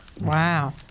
Wow